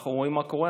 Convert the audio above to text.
אנחנו רואים מה קורה.